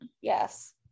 Yes